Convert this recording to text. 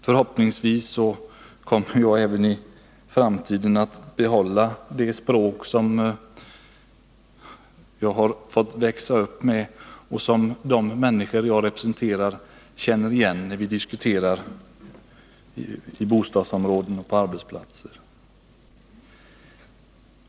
Förhoppningsvis kommer jag att även i framtiden behålla det språk som jag har fått växa upp med och som de människor som jag representerar känner igen när vi diskuterar i bostadsområden och på arbetsplatser.